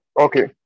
Okay